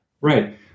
right